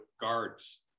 guards